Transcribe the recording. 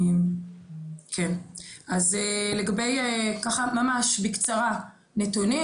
ככה ממש בקצרה נתונים,